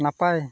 ᱱᱟᱯᱟᱭ